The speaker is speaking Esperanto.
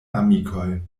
amikoj